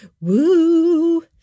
Woo